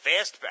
Fastback